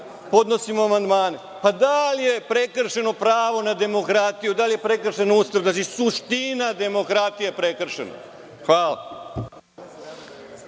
podnosimo amandmane. Da li je prekršeno pravo na demokratiju da, da li je prekršen Ustav? Suština demokratije je prekršena. Hvala.